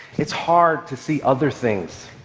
it's hard to see other things.